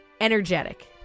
energetic